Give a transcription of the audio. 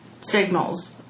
signals